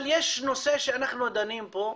אבל יש נושא שאנחנו דנים בו.